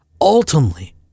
ultimately